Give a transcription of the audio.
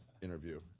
interview